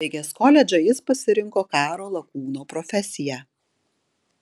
baigęs koledžą jis pasirinko karo lakūno profesiją